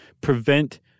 prevent